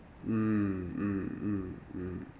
mm mm mm mm